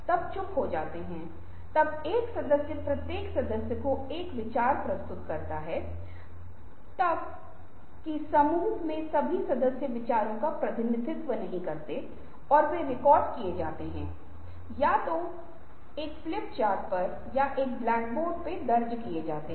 यह बेतुका लग रहा था यह हास्यास्पद और अपमानजनक लगता है लेकिन आप देखते हैं कि यह तथ्य यह है कि यह प्रथम अन्वेषन था आविष्कारक ने जारी रखा कि किस तरह से टीकाकरण के क्षेत्र में कुल क्रांति को जन्म दिया